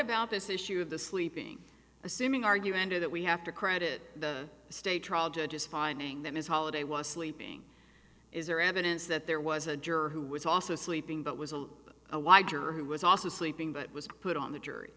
about this issue of the sleeping assuming argue ended that we have to credit the state trial judges fining them as holiday was sleeping is there evidence that there was a juror who was also sleeping but was a juror who was also sleeping but was put on the jury